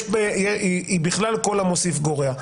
היא בכלל כל המוסיף גורע.